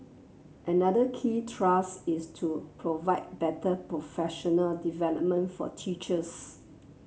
another key thrust is to provide better professional development for teachers